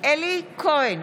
אלי כהן,